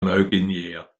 neuguinea